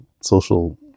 social